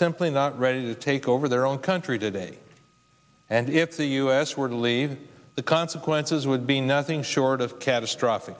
simply not ready to take over their own country today and if the u s were to leave the consequences would be nothing short of catastrophic